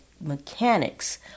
mechanics